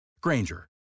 Granger